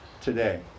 today